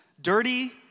dirty